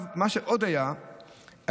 מה שעוד היה,